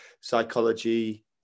psychology